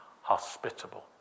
hospitable